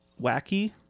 wacky